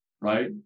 right